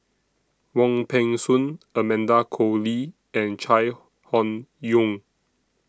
Wong Peng Soon Amanda Koe Lee and Chai Hon Yoong